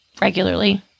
regularly